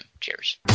Cheers